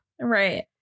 Right